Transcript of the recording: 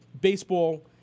baseball